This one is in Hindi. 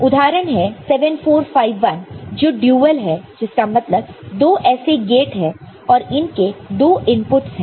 उदाहरण है 7451 जो ड्यूअल है जिसका मतलब दो ऐसे गेट है और इनके दो इनपुटस है